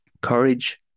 courage